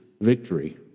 victory